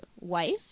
wife